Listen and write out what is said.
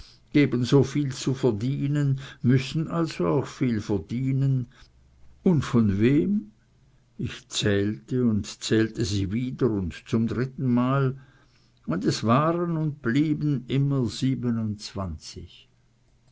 so viel zu verdienen müssen also auch viel verdienen und von wem ich zählte und zählte sie wieder und zum drittenmal und es waren und blieben immer siebenundzwanzig